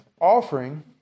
offering